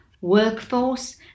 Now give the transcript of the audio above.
workforce